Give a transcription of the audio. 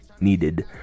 needed